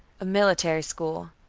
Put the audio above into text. a military school.